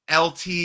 LT